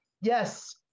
Yes